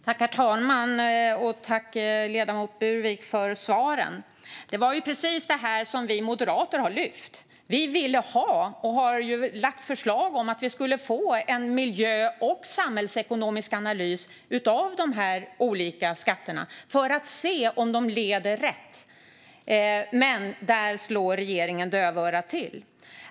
Herr talman! Tack, ledamoten Burwick, för svaren! Det är precis det här som vi moderater har lyft upp. Vi ville ha, och har lagt förslag om att vi skulle få, en miljö och samhällsekonomisk analys av de här olika skatterna för att se om de leder rätt. Men där slår regeringen dövörat till.